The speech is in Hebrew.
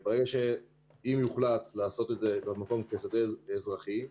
אם יוחלט לעשות את זה במקום כשדה אזרחי,